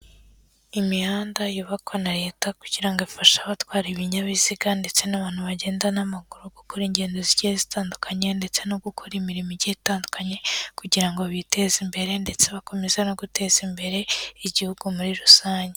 Imihanda yubakwa na leta kugirango ifashe abatwara ibinyabiziga ndetse n'abantu bagenda n'amaguru gukora ingendo zigiye zitandukanye ndetse no gukora imirimo ige itandukanye kugira ngo bi biteze imbere ndetse bakomezaze no guteza imbere igihugu muri rusange.